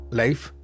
life